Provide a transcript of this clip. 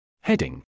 Heading